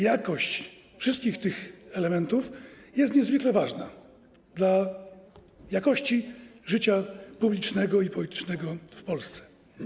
Jakość wszystkich tych elementów jest niezwykle ważna dla jakości życia publicznego i politycznego w Polsce.